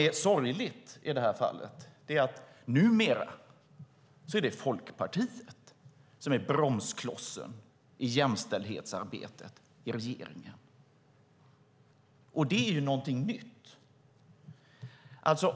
Det sorgliga i det här fallet är att det numera är Folkpartiet som är bromsklossen i jämställdhetsarbetet i regeringen. Det är någonting nytt.